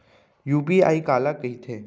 UPI काला कहिथे?